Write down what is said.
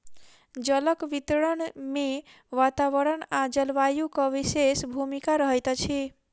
जलक वितरण मे वातावरण आ जलवायुक विशेष भूमिका रहैत अछि